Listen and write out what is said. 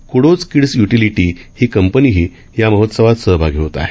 kudos Kids utility ही कंपनीही या महोत्सवात सहभागी होत आहे